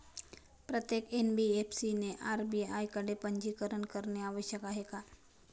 प्रत्येक एन.बी.एफ.सी ने आर.बी.आय कडे पंजीकरण करणे आवश्यक आहे का?